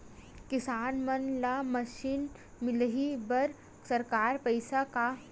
किसान मन ला मशीन मिलही बर सरकार पईसा का?